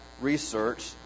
Research